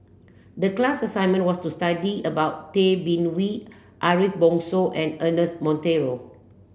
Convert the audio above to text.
the class assignment was to study about Tay Bin Wee Ariff Bongso and Ernest Monteiro